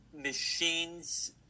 machines